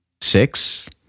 six